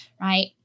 Right